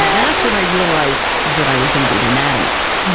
and that's when i realized that i was going to be an anatomist.